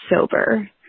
sober